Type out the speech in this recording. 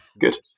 good